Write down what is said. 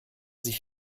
sich